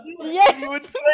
yes